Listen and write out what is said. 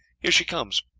here she comes.